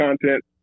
content